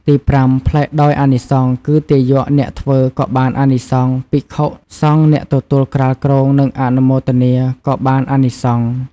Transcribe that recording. ទីប្រាំ ប្លែកដោយអានិសង្ស គឺទាយកអ្នកធ្វើក៏បានអានិសង្ស ភិក្ខុសង្ឃអ្នកទទួលក្រាលគ្រង និងអនុមោទនាក៏បានអានិសង្ឃ។